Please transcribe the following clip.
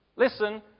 listen